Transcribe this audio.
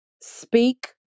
speak